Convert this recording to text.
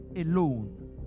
alone